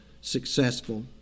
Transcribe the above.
successful